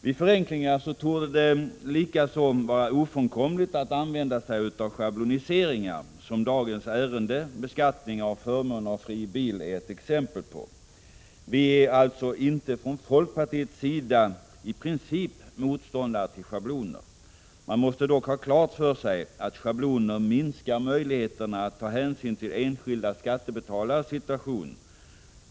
Vid förenklingar torde det också vara ofrånkomligt att använda sig av schabloniseringar, som dagens ärende — beskattning av förmån av fri bil — är ett exempel på. Vi är alltså inte från folkpartiets sida i princip motståndare till schabloner. Man måste dock ha klart för sig att schabloner minskar möjligheterna att ta hänsyn till enskilda skattebetalares situation.